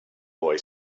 boy